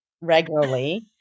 regularly